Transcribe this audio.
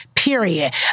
period